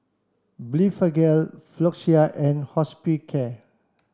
Blephagel Floxia and Hospicare